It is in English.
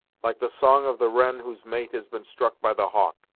like the song of the wren whose mate has been struck by the hawk.